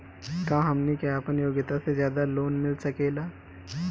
का हमनी के आपन योग्यता से ज्यादा लोन मिल सकेला?